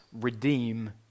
redeem